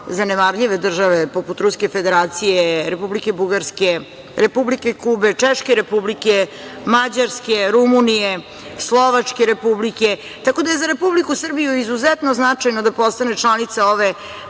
zanemarljive države, poput Ruske Federacije, Republike Bugarske, Republike Kube, Češke Republike, Mađarske, Rum6unije, Slovačke Republike, tako da je za Republiku Srbiju izuzetno značajno da postane članica ove